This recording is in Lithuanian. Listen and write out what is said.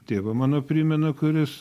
tėvą mano primena kuris